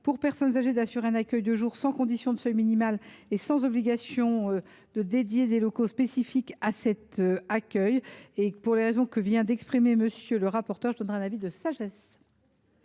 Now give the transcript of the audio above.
pour personnes âgées d’assurer un accueil de jour sans condition de seuil minimal et sans obligation de consacrer des locaux spécifiques à cet accueil. Pour les raisons que vient d’exprimer M. le rapporteur, j’émettrai un avis de sagesse.